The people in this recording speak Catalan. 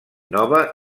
nova